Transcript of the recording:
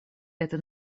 это